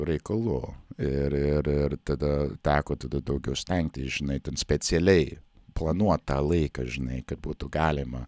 reikalų ir ir ir tada teko tada daugiau stengtis žinai ten specialiai planuot tą laiką žinai kad būtų galima